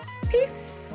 Peace